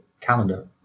calendar